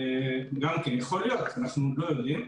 יכול להיות, אנחנו עוד לא יודעים.